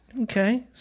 Okay